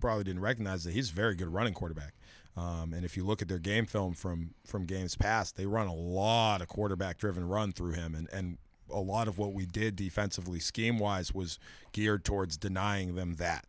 probably didn't recognize that he's very good running quarterback and if you look at their game film from from games past they run a lot of quarterback driven run through him and a lot of what we did defensively scheme wise was geared towards denying them that